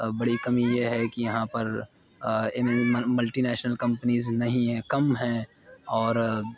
بڑی کمی یہ ہے کہ یہاں پر یعنی ملٹی نیشنل کمپنیز نہیں ہیں کم ہیں اور